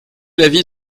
l’avis